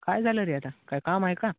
काय झालं रे आता काय काम आहे का